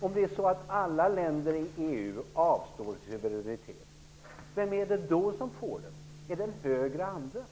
Om det är så, att alla länder i EU avstår suveränitet, vem är det då som får det? Är det en högre ande?